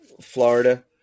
Florida